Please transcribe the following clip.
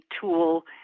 tool